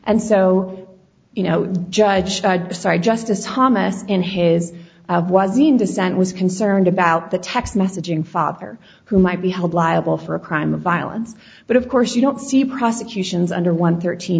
and so you know the judge decided justice thomas in his of wasn't dissent was concerned about the text messaging father who might be held liable for a crime of violence but of course you don't see prosecutions under one thirteen